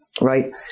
right